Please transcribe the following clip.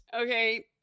Okay